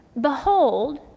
Behold